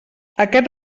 aquest